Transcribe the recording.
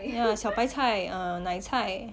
ya 小白菜啊奶菜